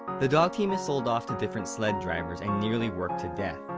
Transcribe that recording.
the dog team is sold off to different sled drivers and nearly worked to death.